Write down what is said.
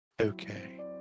okay